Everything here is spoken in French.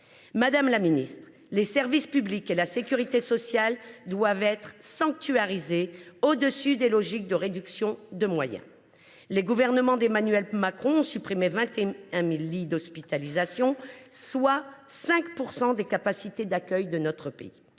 par l’État ? Les services publics et la sécurité sociale doivent être sanctuarisés, au dessus des logiques de réduction de moyens. Or les gouvernements d’Emmanuel Macron ont supprimé 21 000 lits d’hospitalisation, soit 5 % des capacités d’accueil de notre pays.